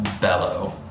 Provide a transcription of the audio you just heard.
bellow